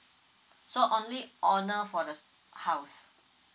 so only owner for the house